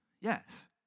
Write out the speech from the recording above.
yes